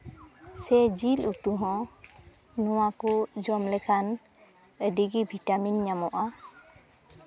ᱥᱮ ᱡᱤᱞ ᱩᱛᱩ ᱦᱚᱸ ᱱᱚᱣᱟ ᱠᱚ ᱡᱚᱢ ᱞᱮᱠᱷᱟᱱ ᱟᱹᱰᱤᱜᱮ ᱵᱷᱤᱴᱟᱢᱤᱱ ᱧᱟᱢᱚᱜᱼᱟ